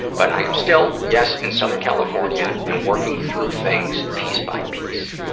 but i am still, yes, in southern california and working through things piece by piece.